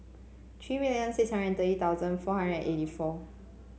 three million six hundred and thirty four thousand hundred and eighty four